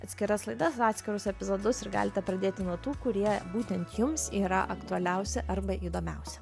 atskiras laidas atskirus epizodus ir galite pradėti nuo tų kurie būtent jums yra aktualiausi arba įdomiausi